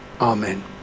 Amen